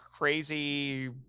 crazy